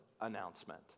announcement